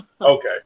Okay